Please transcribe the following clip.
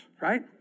right